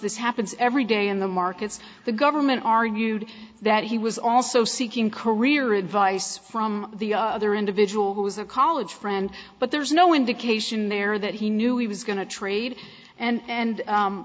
this happens every day in the markets the government argued that he was also seeking career advice from the other individual who is a college friend but there is no indication there that he knew he was going to trade and